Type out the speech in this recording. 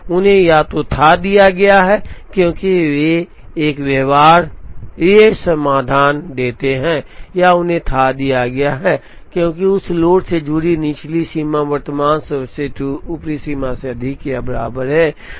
उन्हें या तो थाह दिया गया है क्योंकि वे एक व्यवहार्य समाधान देते हैं या उन्हें थाह दिया गया है क्योंकि उस लोड से जुड़ी निचली सीमा वर्तमान सर्वश्रेष्ठ ऊपरी सीमा से अधिक या बराबर है